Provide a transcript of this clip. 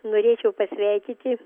norėčiau pasveikyti